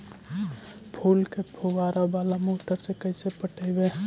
फूल के फुवारा बाला मोटर से कैसे पटइबै?